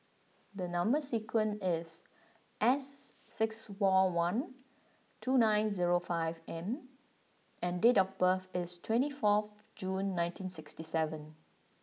the number sequence is S six four one two nine zero five M and date of birth is twenty fourth June nineteen sixty seven